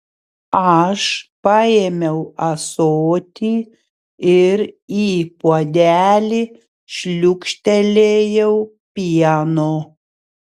aš paėmiau ąsotį ir į puodelį šliūkštelėjau pieno